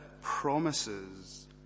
promises